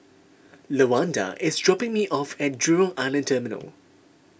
Lawanda is dropping me off at Jurong Island Terminal